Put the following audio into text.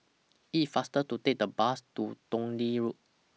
IT IS faster to Take The Bus to Dundee Road